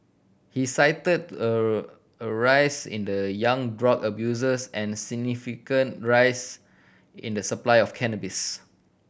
he cited a rise in the young drug abusers and significant rise in the supply of cannabis